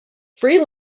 free